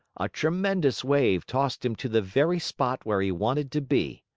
a tremendous wave tossed him to the very spot where he wanted to be.